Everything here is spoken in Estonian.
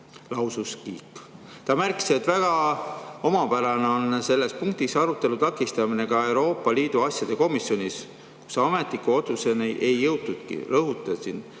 Ta märkis, et väga omapärane on ka sellel [teemal] arutelu takistamine Euroopa Liidu asjade komisjonis, kus ametliku otsuseni ei jõutudki. "Rõhutasin